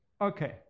Okay